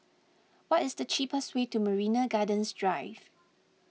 what is the cheapest way to Marina Gardens Drive